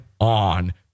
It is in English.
on